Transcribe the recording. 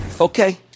Okay